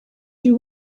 you